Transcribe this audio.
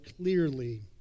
clearly